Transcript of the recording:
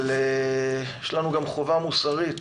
אבל יש לנו גם חובה מוסרית